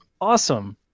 Awesome